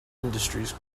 industries